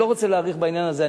אני לא רוצה להאריך בעניין הזה.